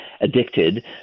addicted